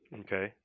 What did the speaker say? Okay